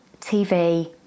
TV